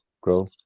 grow